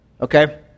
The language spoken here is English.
Okay